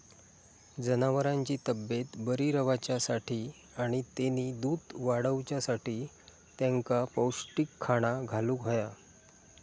जनावरांची तब्येत बरी रवाच्यासाठी आणि तेनी दूध वाडवच्यासाठी तेंका पौष्टिक खाणा घालुक होया